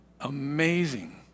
amazing